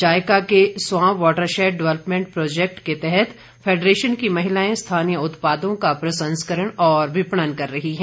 जायका के Swan watershed development project के तहत फैडरेशन की महिलाएं स्थानीय उत्पादों का प्रसंस्करण और विपणन कर रही हैं